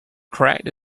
cracked